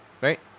Right